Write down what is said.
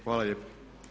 Hvala lijepo.